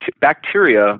bacteria